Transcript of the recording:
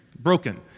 broken